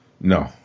No